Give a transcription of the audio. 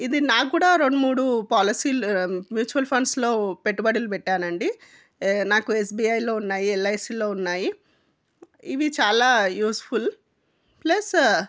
ఇది నాకు కూడా రెండు మూడు పాలసీలు మ్యూచువల్ ఫండ్స్లో పెట్టుబడులు పెట్టానండి నాకు యస్ బి ఐలో ఉన్నాయి ఎల్ ఐ సిలో ఉన్నాయి ఇవి చాలా యూస్ఫుల్ ప్లేస్